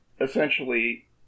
essentially